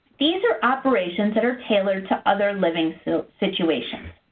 these are operations that are tailored to other living so situations.